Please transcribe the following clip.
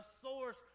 source